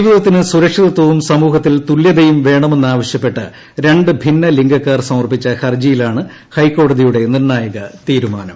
ജീവിതത്തിന് സുരക്ഷിതത്വവും സമൂഹത്തിൽ തുല്യതയും വേണമെന്നാവശ്യപ്പെട്ട് രണ്ട് ഭിന്നലിംഗക്കാർ സമർപ്പിച്ച ഹർജിയിലാണ് ഹൈക്കോടതിയുടെ നിർണായക തീരുമാനം